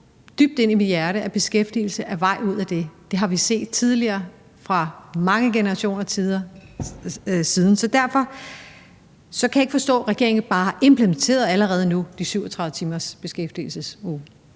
dybt inde i mit hjerte, at beskæftigelse er vejen ud af det. Det har vi set tidligere for mange generationer siden, så derfor kan jeg ikke forstå, at regeringen ikke bare allerede nu implementerer de 37 timers beskæftigelse. Kl.